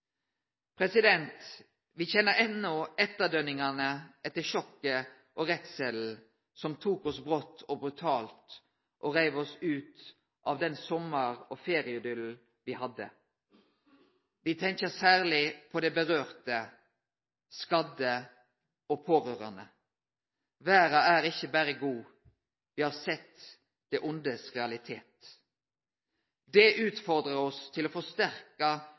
kjenner enno etterdønningane etter sjokket og redselen som tok oss brått og brutalt og reiv oss ut av den sommar- og ferieidyllen me hadde. Me tenkjer særleg på dei det gjeld, skadde og pårørande. Verda er ikkje berre god. Me har sett det vondes realitet. Det utfordrar oss til å